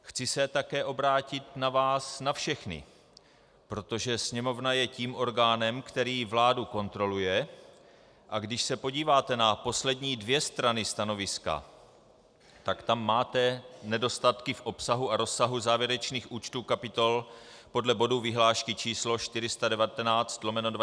Chci se také obrátit na vás na všechny, protože Sněmovna je tím orgánem, který vládu kontroluje, a když se podíváte na poslední dvě strany stanoviska, tak tam máte nedostatky v obsahu a rozsahu závěrečných účtů kapitol podle bodů vyhlášky č. 419/2001 Sb.